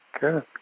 Good